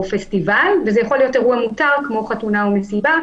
פסטיבל או אירוע מותר כמו חתונה או מסיבה,